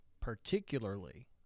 particularly